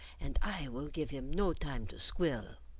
and i will give him no time to squil.